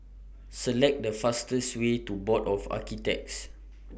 Select The fastest Way to Board of Architects